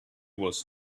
was